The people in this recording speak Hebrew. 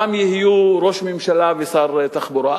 יהיו ראש ממשלה ושר התחבורה.